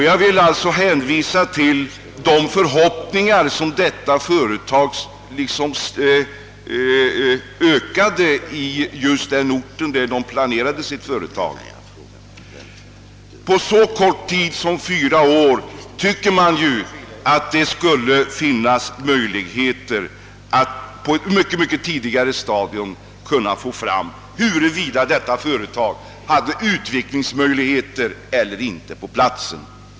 Jag vill hänvisa till de förhoppningar som det av mig först nämnda företaget bidrog till att inge just på den ort där det etablerade sig. Det borde ha funnits förutsättningar att klarlägga huruvida företaget hade utvecklingsmöjligheter eller inte på platsen.